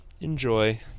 enjoy